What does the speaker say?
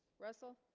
russell